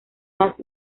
más